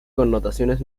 connotaciones